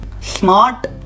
Smart